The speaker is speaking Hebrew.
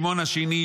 שמעון השני,